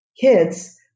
kids